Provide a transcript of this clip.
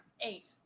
Eight